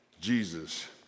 Jesus